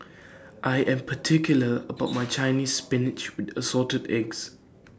I Am particular about My Chinese Spinach with Assorted Eggs